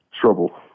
Trouble